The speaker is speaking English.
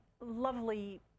lovely